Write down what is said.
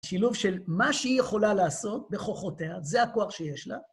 שילוב של מה שהיא יכולה לעשות בכוחותיה, זה הכוח שיש לה.